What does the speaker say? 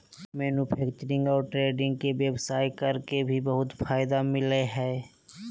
manufacturing और trading के व्यवसाय कर के भी बहुत फायदा मिलय हइ